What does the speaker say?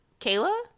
Kayla